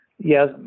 yes